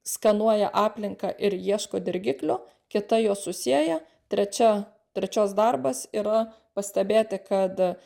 skanuoja aplinką ir ieško dirgiklio kita juos susieja trečia trečios darbas yra pastebėti kad